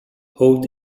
hold